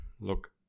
Look